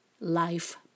life